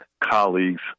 colleagues